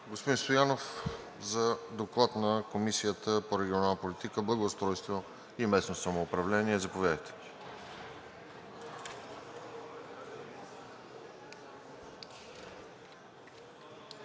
Господин Стоянов, за Доклад на Комисията по регионална политика, благоустройство и местно самоуправление.